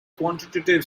quantitative